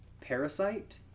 Parasite